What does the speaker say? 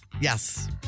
Yes